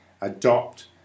adopt